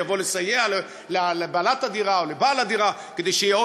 שיבוא לסייע לבעלת הדירה או לבעל הדירה כדי שיהיה